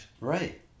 Right